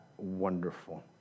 wonderful